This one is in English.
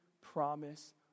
promise